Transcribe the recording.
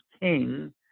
king